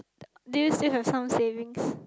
do you still have some savings